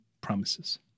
promises